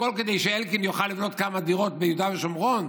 הכול כדי שאלקין יוכל לבנות כמה דירות ביהודה ושומרון?